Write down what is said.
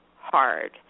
hard